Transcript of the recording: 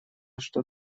что